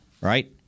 right